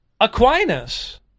Aquinas